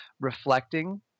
reflecting